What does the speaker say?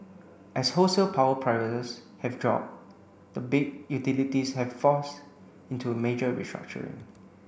as wholesale power prices have dropped the big utilities have forced into major restructuring